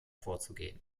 vorzugehen